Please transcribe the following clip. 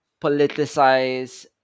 politicize